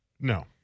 No